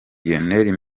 lionel